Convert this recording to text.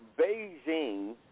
Beijing